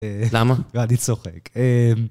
אה... למה? אני צוחק, אה...